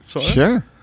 Sure